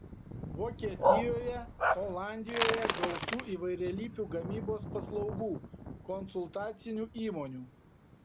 vokietijoje olandijoje gausu įvairialypių gamybos paslaugų konsultacinių įmonių